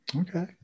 Okay